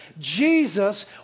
Jesus